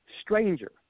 stranger